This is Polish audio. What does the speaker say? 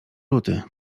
luty